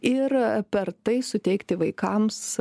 ir per tai suteikti vaikams